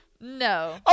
No